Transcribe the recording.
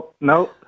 No